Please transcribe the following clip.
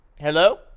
Hello